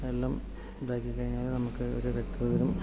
എല്ലാം ഇതാക്കി കഴിഞ്ഞാൽ നമുക്ക് ഒരു വ്യക്തത വരും